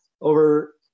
over